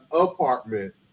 apartment